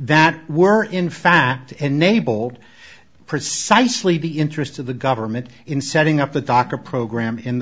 that were in fact enabled precisely the interests of the government in setting up the doctor program in the